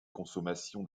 consommation